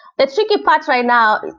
the tricky part right now,